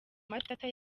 matata